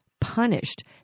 punished